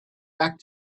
back